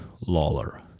Lawler